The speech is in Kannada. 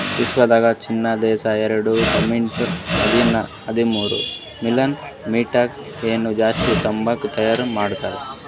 ವಿಶ್ವದಾಗ್ ಚೀನಾ ದೇಶ ಎರಡು ಪಾಯಿಂಟ್ ಹದಿಮೂರು ಮಿಲಿಯನ್ ಮೆಟ್ರಿಕ್ ಟನ್ಸ್ ಜಾಸ್ತಿ ತಂಬಾಕು ತೈಯಾರ್ ಮಾಡ್ತಾರ್